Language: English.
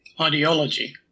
ideology